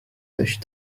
touched